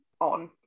on